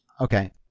Okay